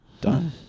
done